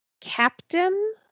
captain